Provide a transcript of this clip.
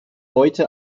heute